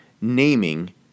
naming